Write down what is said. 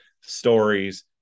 stories